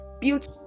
Beauty